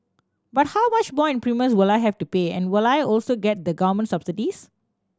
but how much more in premiums will I have to pay and will I also get the government subsidies